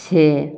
छः